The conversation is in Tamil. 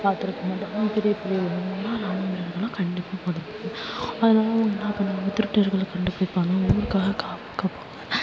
பார்த்துருக்க மாட்டோம் அவங்க பெரிய பெரிய ராணுவ வீரர்கள்லாம் கண்டிப்பாக அதனால அவங்களாம் திருடர்களை கண்டுபிடிப்பாங்க ஊருக்காக காவல் காப்பாங்கள்